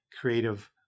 creative